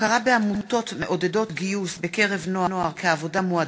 הכרה בעמותות מעודדות גיוס בקרב נוער כעבודה מועדפת),